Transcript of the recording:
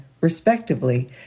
respectively